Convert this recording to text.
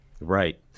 right